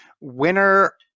Winner